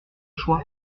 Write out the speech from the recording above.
choix